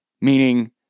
meaning